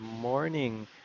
morning